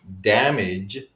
damage